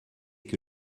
que